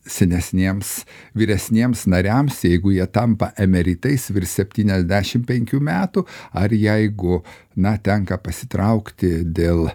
senesniems vyresniems nariams jeigu jie tampa emeritais virš septyniasdešimt penkių metų ar jeigu na tenka pasitraukti dėl